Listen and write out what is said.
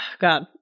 God